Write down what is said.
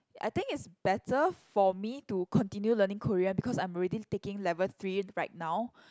I think it's better for me to continue learning Korean because I'm already taking level three right now